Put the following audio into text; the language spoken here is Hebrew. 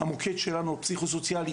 המוקד שלנו הפסיכו-סוציאלי,